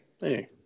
Hey